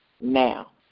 now